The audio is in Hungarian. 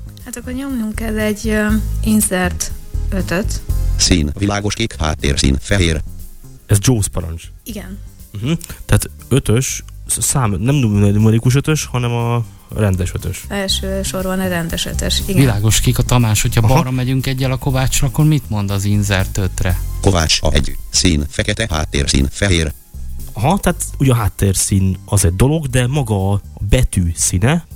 Hát akkor nyomjunk el egy, ö, insert ötöt. Szín, világoskék, háttérszín, fehér. Ez JAWS parancs. Igen. Mhm. Tehát ötös, szám- nem numerikus ötös, hanem a rendes ötös. Első sorban egy rendes ötös, igen. Világoskék a Tamás, hogyha Aha. balra megyünk egyel a Kovácsra, akkor mit mond az insert ötre? Kovács a egy. Szín, fekete, háttérszín, fehér. Aha, tehát ugye a háttérszín az egy dolog, de maga a betű színe,